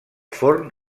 forn